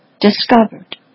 discovered